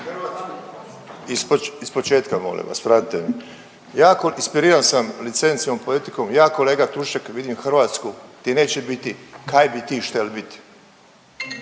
Ispočetka molim vas, vratite mi. Jako, inspiriran sam licencijom, poetikom. Ja kolega Tušek vidim Hrvatsku gdje neće biti: „Kaj bi ti štel biti?